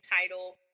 title